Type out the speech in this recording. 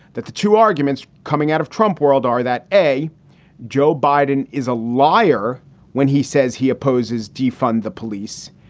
that the two arguments coming out of trump world are that a joe biden is a liar when he says he opposes defund the police.